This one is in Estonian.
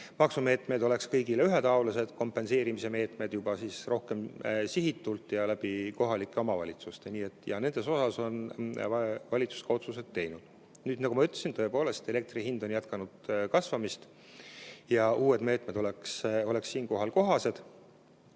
Maksumeetmed oleksid kõigile ühetaolised, kompenseerimismeetmed aga rohkem sihitud ja teostatavad kohalike omavalitsuste kaudu. Nende kohta on valitsus ka otsused teinud. Nüüd, nagu ma ütlesin, tõepoolest, elektri hind on jätkanud kasvamist ja uued meetmed oleks siinkohal kohased.